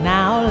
Now